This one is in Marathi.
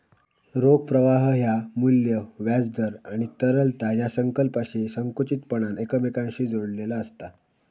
रोख प्रवाह ह्या मू्ल्य, व्याज दर आणि तरलता या संकल्पनांशी संकुचितपणान एकमेकांशी जोडलेला आसत